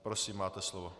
Prosím, máte slovo.